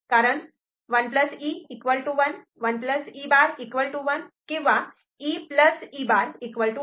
कारण 1 E 1 1 E' 1 किंवा E E' 1